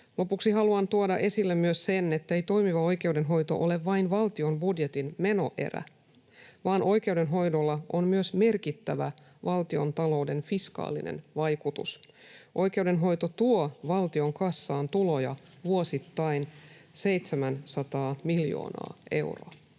Lopuksi haluan tuoda esille myös sen, ettei toimiva oikeudenhoito ole vain valtion budjetin menoerä, vaan oikeudenhoidolla on myös merkittävä valtiontalouden fiskaalinen vaikutus. Oikeudenhoito tuo valtionkassaan tuloja vuosittain 700 miljoonaa euroa.